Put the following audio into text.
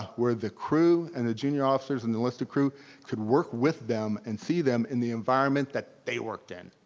where the crew and the junior officers and the list of crew could work with them and see them in the environment that they worked in.